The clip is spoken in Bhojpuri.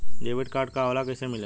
डेबिट कार्ड का होला कैसे मिलेला?